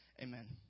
amen